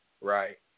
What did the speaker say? Right